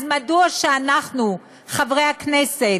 אז מדוע, חברי הכנסת,